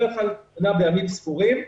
בדרך כלל מדובר בימים ספורים,